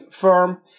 firm